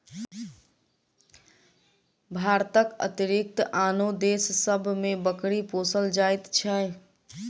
भारतक अतिरिक्त आनो देश सभ मे बकरी पोसल जाइत छै